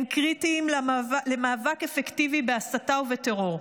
הם קריטיים למאבק אפקטיבי בהסתה ובטרור.